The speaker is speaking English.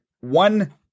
one